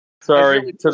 Sorry